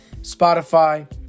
Spotify